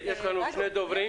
יש לנו עוד שני דוברים.